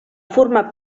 formar